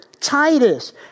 Titus